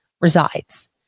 resides